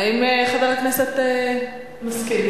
האם חבר הכנסת מסכים?